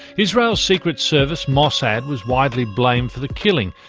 israel's secret service, mossad, was widely blamed for the killing,